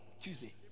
Tuesday